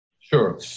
Sure